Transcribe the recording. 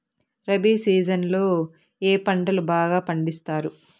rabi season లో ఏ పంటలు బాగా పండిస్తారు